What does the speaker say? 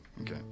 Okay